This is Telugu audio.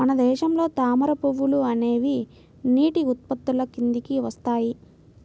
మన దేశంలో తామర పువ్వులు అనేవి నీటి ఉత్పత్తుల కిందికి వస్తాయి